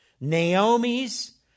Naomi's